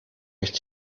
nicht